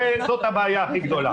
זאת הבעיה הכי גדולה.